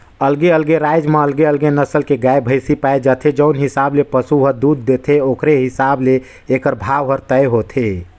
अलगे अलगे राज म अलगे अलगे नसल के गाय, भइसी पाए जाथे, जउन हिसाब ले पसु ह दूद देथे ओखरे हिसाब ले एखर भाव हर तय होथे